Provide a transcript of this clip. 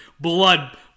blood